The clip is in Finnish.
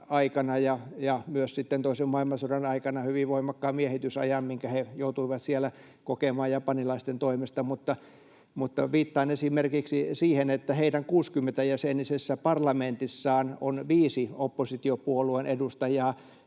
myös toisen maailmansodan aikana hyvin voimakkaan miehitysajan, minkä he joutuivat siellä kokemaan japanilaisten toimesta... Mutta viittaan esimerkiksi siihen, että heidän 60-jäsenisessä parlamentissaan on viisi oppositiopuolueen edustajaa.